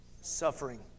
Suffering